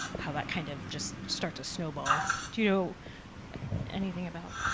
how that kind of just starts to snowball. do anything about?